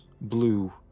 blue